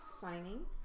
signing